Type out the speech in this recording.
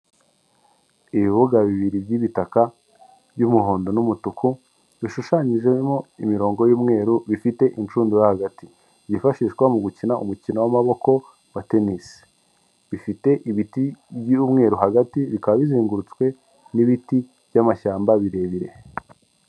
Ibibuga bibiri by'ibitaka by'umuhondo n'umutuku, bishushanyijemo imirongo y'umweru bifite inshundura hagati, byifashishwa mu gukina umukino w'amaboko wa tenisi, bifite ibiti by'umweru hagati, bikaba bizengurutswe n'ibiti by'amashyamba birebire.